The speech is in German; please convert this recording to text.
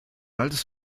altes